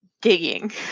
digging